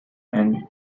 and